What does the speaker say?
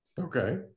Okay